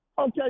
Okay